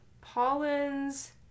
Pollen's